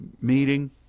Meeting